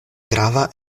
grava